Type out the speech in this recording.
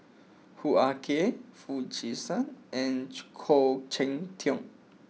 Hoo Ah Kay Foo Chee San and Khoo Cheng Tiong